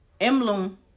emblem